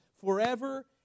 forever